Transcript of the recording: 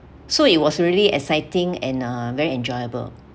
so it was really exciting and uh very enjoyable